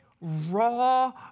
raw